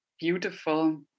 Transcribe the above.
beautiful